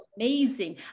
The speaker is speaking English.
amazing